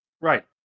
right